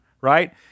right